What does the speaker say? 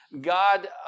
God